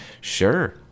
sure